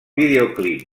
videoclip